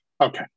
Okay